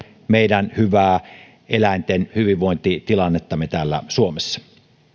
meidän tämänhetkistä hyvää eläinten hyvinvointitilannettamme täällä suomessa